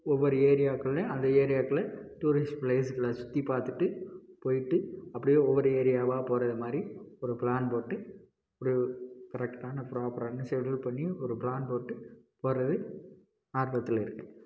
ஒவ்வொரு ஏரியாக்குள்ளே அந்த ஏரியாக்கள் டூரிஸ்ட் ப்ளேஸுகளை சுற்றி பார்த்துட்டு போய்ட்டு அப்படியே ஒவ்வொரு ஏரியாவாக போகிறது மாதிரி ஒரு பிளான் போட்டு ஒரு கரெக்டான ப்ராப்பரான ஷெடியூல் பண்ணி ஒரு பிளான் போட்டு போகிறது ஆர்வத்தில் இருக்கேன்